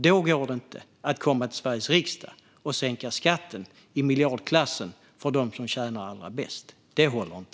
Då går det inte att komma till Sveriges riksdag och sänka skatter i miljardklassen för dem som tjänar allra mest. Det håller inte.